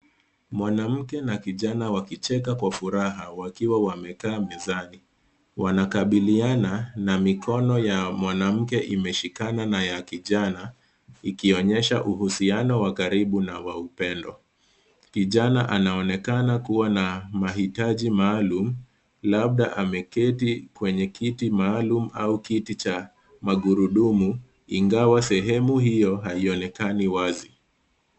Mwanamke na kijana wakicheka kwa furaha, wakiwa wamekaa mezani. Wanakabiliana na mikono ya mwanamke imeshikana na ya kijana, ikionyesha uhusiano wa karibu na wa upendo. Kijana anaonekana kuwa na mahitaji maalum, labda ameketi kwenye kiti maalum au kiti cha magurudumu, ingawa sehemu hiyo haiyonekani wazi.